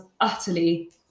utterly